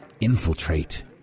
infiltrate